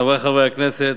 חברי חברי הכנסת,